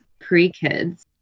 pre-kids